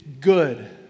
good